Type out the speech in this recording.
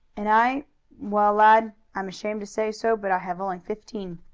and i well, lad, i'm ashamed to say so, but i have only fifteen.